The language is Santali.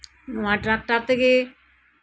ᱱᱚᱣᱟ ᱴᱨᱟᱠᱴᱟᱨ ᱛᱮᱜᱮ